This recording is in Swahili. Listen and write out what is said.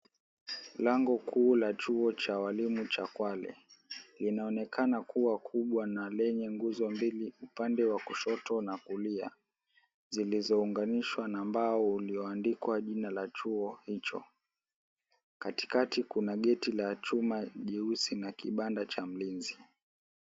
Lango kuu la Chuo cha Ualimu cha Kwale linaonekana kuwa kubwa na lenye nguzo mbili upande wa kushoto na kulia, zilizounganishwa na mbao ulioandikwa jina la chuo hicho. Katikati kuna geti la chuma jeusi na kibanda cha mlinzi.